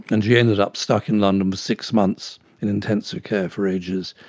and she ended up stuck in london for six months in intensive care for ages.